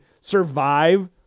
survive